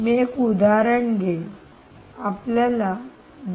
मी एक उदाहरण घेईन आपल्याला २